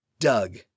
Doug